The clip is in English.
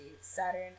Saturn